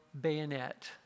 bayonet